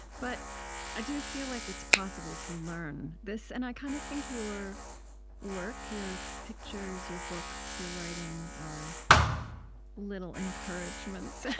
but i do feel like it's possible to learn this, and i kind of think your work your pictures, your books, your writing are little encouragements.